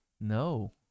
No